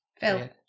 Phil